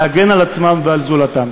להגן על עצמם ועל זולתם.